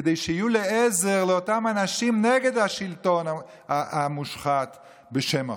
כדי שיהיו לעזר לאותם אנשים נגד השלטון המושחת בשם החוק.